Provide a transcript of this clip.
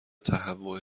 تهوع